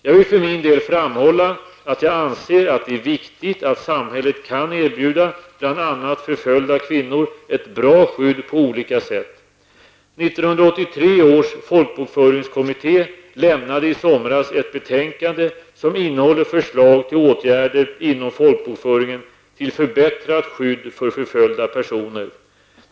Jag vill för min del framhålla att jag anser att det är viktigt att samhället kan erbjuda bl.a. förföljda kvinnor ett bra skydd på olika sätt. 1983 års folkbokföringskommitté lämnade i somras ett betänkande som innehåller förslag till åtgärder inom folkbokföringen till förbättrat skydd för förföljda personer.